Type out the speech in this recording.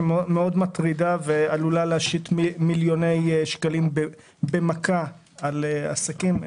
שמאוד מטרידה אותנו ועלולה להשית מיליוני שקלים במכה על עסקים.